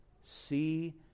see